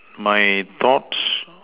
my thoughts